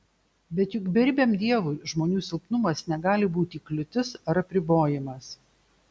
bet juk beribiam dievui žmonių silpnumas negali būti kliūtis ar apribojimas